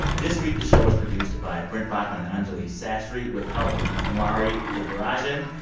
this week, the show was produced by brent baughman and anjuli sastry with help from kumari devarajan.